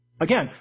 Again